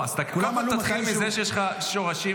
אז קודם כול תתחיל מזה שיש לך שורשים.